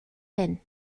hyn